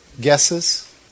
guesses